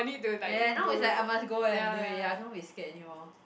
ya ya now is like I must go and do it ya I cannot be scared anymore